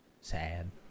Sad